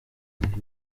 ahitwa